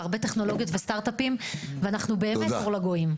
והרבה טכנולוגיות וסטארט-אפים ואנחנו באמת אור לגויים.